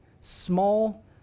small